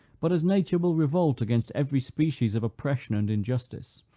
but as nature will revolt against every species of oppression and injustice,